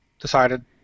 decided